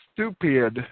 Stupid